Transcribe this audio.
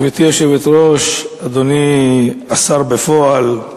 גברתי היושבת-ראש, אדוני השר בפועל,